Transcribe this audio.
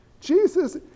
Jesus